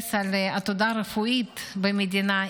שמתייחס לעתודה רפואית במדינה,